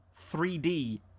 3D